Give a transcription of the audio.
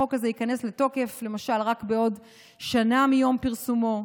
החוק הזה ייכנס לתוקף למשל רק בעוד שנה מיום פרסומו.